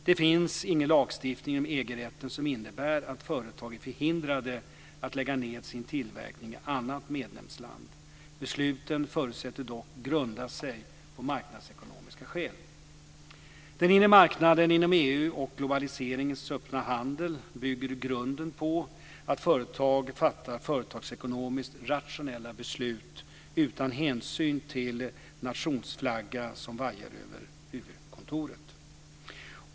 Det finns ingen lagstiftning inom EG-rätten som innebär att företag är förhindrade att lägga ned sin tillverkning i annat medlemsland. Besluten förutsätts dock grunda sig på marknadsekonomiska skäl. Den inre marknaden inom EU och globaliseringens öppna handel bygger i grunden på att företag fattar företagsekonomiskt rationella beslut utan hänsyn till vilken nationsflagga som vajar över huvudkontoret.